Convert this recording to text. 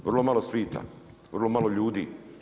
Vrlo malo svita, vrlo malo ljudi.